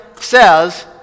says